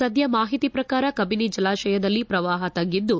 ಸದ್ಯ ಮಾಹಿತಿ ಪ್ರಕಾರ ಕಬಿನಿ ಜಲಾಶಯದಲ್ಲಿ ಪ್ರವಾಹ ತಗ್ಗಿದ್ದು